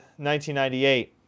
1998